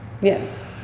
Yes